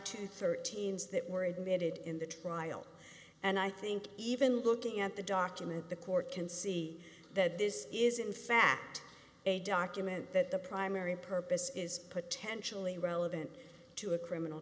to thirteen's that were admitted in the trial and i think even looking at the document the court can see that this is in fact a document that the primary purpose is potentially relevant to a criminal